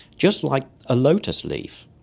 just like a lotus leaf.